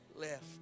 left